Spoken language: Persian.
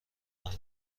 قراره